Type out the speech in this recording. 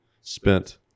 spent